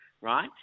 right